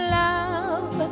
love